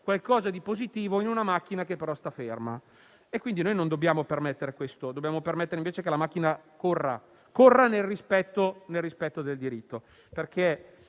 qualcosa di positivo in una macchina che però sta ferma. Non dobbiamo permettere questo, ma dobbiamo consentire invece che la macchina corra, nel rispetto del diritto,